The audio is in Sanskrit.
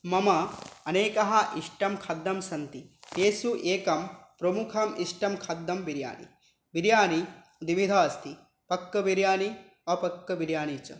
मम अनेकाः इष्टं खाद्यं सन्ति तेषु एकं प्रमुखम् इष्टं खाद्यं बिरियानि बिरियानी द्विविधा अस्ति पक्वबिरियानि अपक्वबिरियानि च